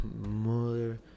mother